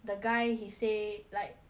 the guy he say like